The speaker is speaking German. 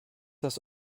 das